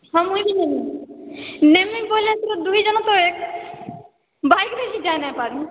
ହଁ ମୁଇ ବି ନେବି ନେବି ବୋଇଲେ ଏଥର ଦୁଇ ଜଣ ତଏ ଭାଇକୁ ନେଇକି ଯାଇ ନାହିଁ ପାରି